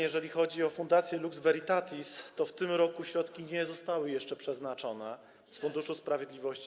Jeżeli chodzi o Fundację Lux Veritatis, to w tym roku nie zostały jeszcze przeznaczone środki z Funduszu Sprawiedliwości.